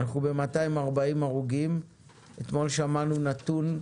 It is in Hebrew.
אנחנו ב-240 הרוגים ואתמול שמענו נתון,